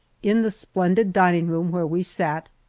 in the splendid dining room where we sat,